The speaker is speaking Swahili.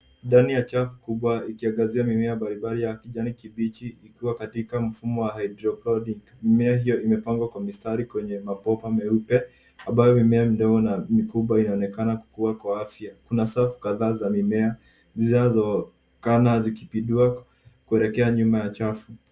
Ndani ya chafu kubwa ikianganzia mimea mbali mbali ya kijani kibichi ikiwa katika mfumo wa hydroponic . Mimea hiyo imepangwa kwa mistari kwenye mabomba meupe ambayo mimea midogo na mikubwa yanaonekana kukua kwa afya. Kuna safu kadhaa za mimea zinazoonekana zikipinduka kuelekea nyuma ya chafu.